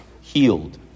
healed